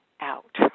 out